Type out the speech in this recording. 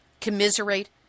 commiserate